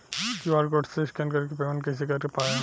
QR code से scan कर के पेमेंट कइसे कर पाएम?